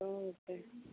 ठीक